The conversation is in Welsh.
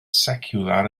seciwlar